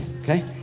okay